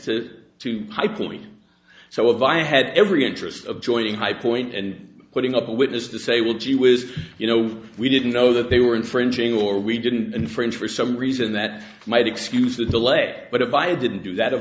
to two high point so if i had every interest of joining highpoint and putting up a witness to say well gee whiz you know we didn't know that they were infringing or we didn't infringe for some reason that might excuse the delay but if i didn't do that